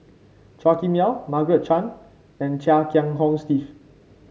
Chua Kim Yeow Margaret Chan and Chia Kiah Hong Steve